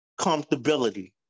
comfortability